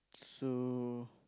so